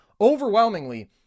overwhelmingly